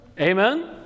Amen